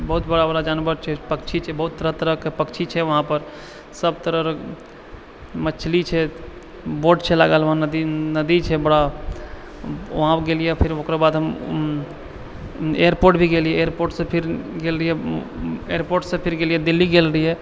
बहुत बड़ा बड़ा जानवर छै पक्षी छै बहुत तरह तरहके पक्षी छै वहाँपर सब तरहके मछली छै बोट छै लागल छै वहाँ नदी छै बड़ा वहाँपर गेलिए फिर ओकर बाद हम एयरपोर्ट भी गेलिए एयरपोर्टसँ फिर गेल रहिए एयरपोर्टसँ फिर गेलिए दिल्ली गेल रहिए